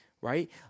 Right